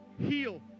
heal